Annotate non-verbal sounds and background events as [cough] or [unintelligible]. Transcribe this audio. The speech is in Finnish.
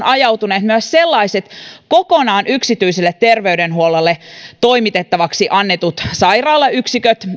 [unintelligible] ajautuneet myös sellaiset kokonaan yksityiselle terveydenhuollolle annetut sairaalayksiköt